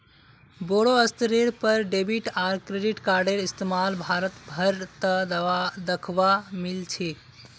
बोरो स्तरेर पर डेबिट आर क्रेडिट कार्डेर इस्तमाल भारत भर त दखवा मिल छेक